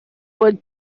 باید